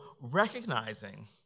recognizing